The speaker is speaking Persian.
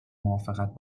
موافقت